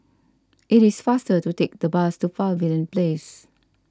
it is faster to take the bus to Pavilion Place